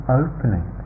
opening